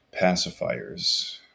pacifiers